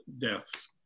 deaths